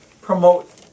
promote